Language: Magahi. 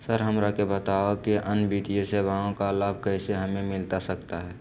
सर हमरा के बताओ कि अन्य वित्तीय सेवाओं का लाभ कैसे हमें मिलता सकता है?